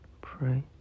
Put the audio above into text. pray